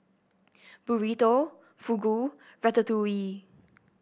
Burrito Fugu Ratatouille